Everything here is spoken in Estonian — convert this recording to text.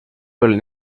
olin